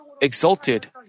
exalted